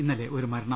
ഇന്നലെ ഒരു മരണം